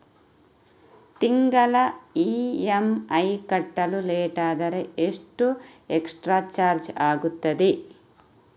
ತಿಂಗಳ ಇ.ಎಂ.ಐ ಕಟ್ಟಲು ಲೇಟಾದರೆ ಎಷ್ಟು ಎಕ್ಸ್ಟ್ರಾ ಚಾರ್ಜ್ ಆಗುತ್ತದೆ?